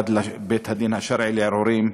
אחד לבית-הדין השרעי לערעורים,